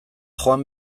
joan